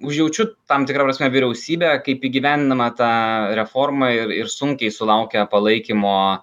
užjaučiu tam tikra prasme vyriausybę kaip įgyvendindamą tą reformą ir ir sunkiai sulaukia palaikymo